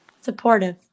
Supportive